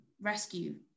rescue